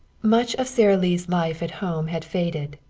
much of sara lee's life at home had faded.